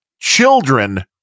children